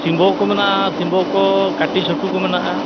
ᱥᱤᱢᱵᱳ ᱠᱚ ᱢᱮᱱᱟᱜᱼᱟ ᱥᱤᱢᱵᱳ ᱠᱚ ᱠᱟᱹᱴᱩ ᱪᱷᱟᱹᱴᱩ ᱠᱚ ᱢᱮᱱᱟᱜᱼᱟ